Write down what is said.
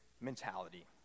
mentality